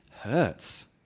hurts